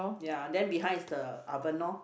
ya then behind is the oven loh